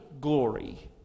glory